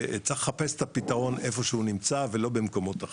וצריך לחפש את הפתרון איפה שהוא נמצא ולא במקומות אחרים.